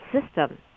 system